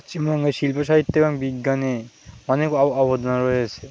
পশ্চিমবঙ্গের শিল্প সাহিত্য এবং বিজ্ঞানে অনেক অবদান রয়েছে